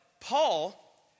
Paul